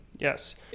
Yes